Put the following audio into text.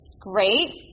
great